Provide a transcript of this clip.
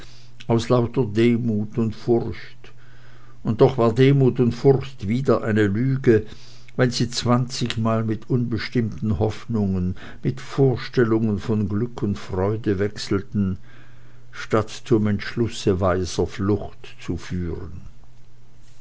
aus lauter demut und furcht und doch war demut wie furcht wieder eine lüge wenn sie zwanzigmal mit unbestimmten hoffnungen mit vorstellungen von glück und freude wechselten statt zum entschlusse weiser flucht zu führen